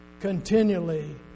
continually